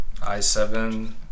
i7